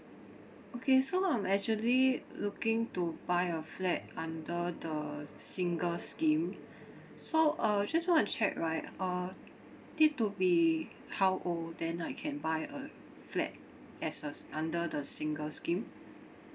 okay so I'm actually looking to buy a flat under the singles scheme so uh just want to check right uh need to be how old then I can buy a flat as a under the singles scheme